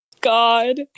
God